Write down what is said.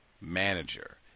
manager